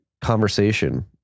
conversation